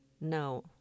No